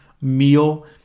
meal